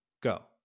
Go